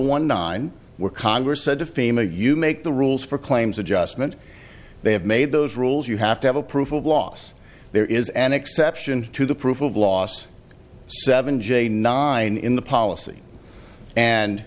one nine where congress said to fema you make the rules for claims adjustment they have made those rules you have to have a proof of loss there is an exception to the proof of last seven j nine in the policy and